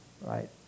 Right